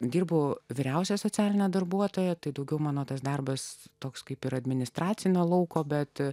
dirbo vyriausia socialine darbuotoja tai daugiau mano tas darbas toks kaip ir administracinio lauko bet